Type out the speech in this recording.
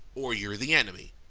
or you're the enemy.